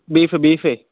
beef ബീഫേ